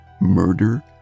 murder